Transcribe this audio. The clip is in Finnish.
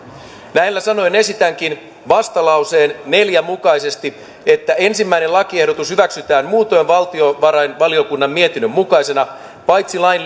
näillä sanoin esitänkin vastalauseen neljä mukaisesti että ensimmäinen lakiehdotus hyväksytään muutoin valtiovarainvaliokunnan mietinnön mukaisena paitsi lain